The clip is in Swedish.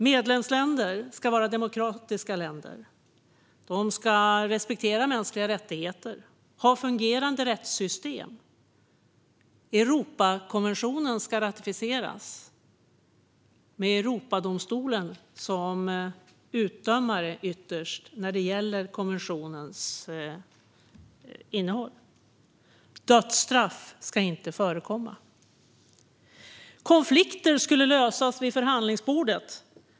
Medlemsländer ska vara demokratiska länder. De ska respektera mänskliga rättigheter och ha fungerande rättssystem. Europakonventionen ska ratificeras med Europadomstolen som yttersta utdömare när det gäller konventionens innehåll. Dödsstraff ska inte förekomma. Konflikter skulle lösas vid förhandlingsbordet.